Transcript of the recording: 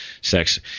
sex